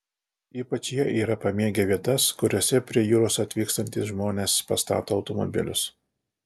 ypač jie yra pamėgę vietas kuriose prie jūros atvykstantys žmones pastato automobilius